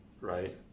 right